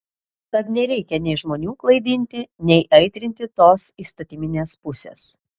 tad nereikia nei žmonių klaidinti nei aitrinti tos įstatyminės pusės